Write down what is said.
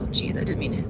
geez, i didn't mean